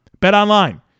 BetOnline